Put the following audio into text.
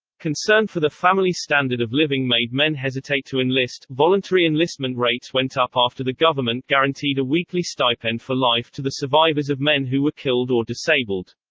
concern for their families' standard of living made men hesitate to enlist voluntary enlistment rates went up after the government guaranteed a weekly stipend for life to the survivors of men who were killed or disabled.